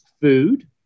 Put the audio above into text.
food